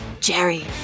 Jerry